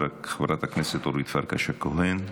חברת הכנסת אורית פרקש הכהן,